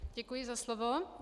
Děkuji za slovo.